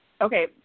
Okay